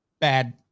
bad